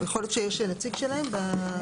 יכול להיות שיש נציג שלהם בזום?